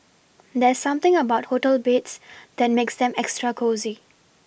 there's something about hotel beds that makes them extra cosy